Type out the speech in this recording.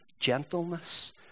gentleness